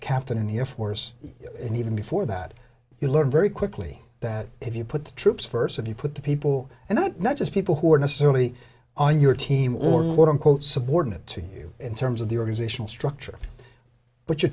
captain in the air force and even before that you learn very quickly that if you put the troops first if you put the people and not not just people who are necessarily on your team or what unquote subordinate to you in terms of the organizational structure but your